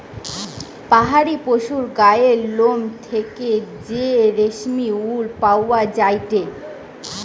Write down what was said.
পাহাড়ি পশুর গায়ের লোম থেকে যে রেশমি উল পাওয়া যায়টে